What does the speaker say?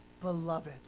beloved